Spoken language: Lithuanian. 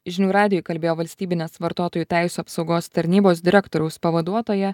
žinių radijui kalbėjo valstybinės vartotojų teisių apsaugos tarnybos direktoriaus pavaduotoja